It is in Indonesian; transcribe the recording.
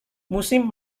musim